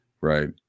right